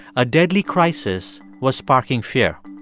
a deadly crisis was sparking fear.